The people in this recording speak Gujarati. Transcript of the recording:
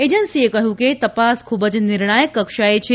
એજન્સીએ કહ્યું કે તપાસ ખુબ જ ક્રુશીયલ કક્ષાએ છે